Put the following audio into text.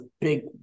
big